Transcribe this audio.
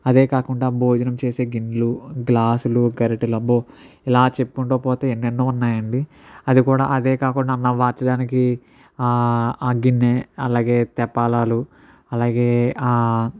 అదే కాకుండా భోజనం చేసే గిన్నెలు గ్లాసులు గరిటలు అబ్బో ఇలా చెప్పుకుంటూ పోతే ఎన్నెన్నో ఉన్నాయి అండి అది కూడా అదే కాకుండా మా వాచీ దానికి ఆ గిన్నె అలాగే తెప్పలాలు అలాగే